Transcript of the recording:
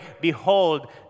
Behold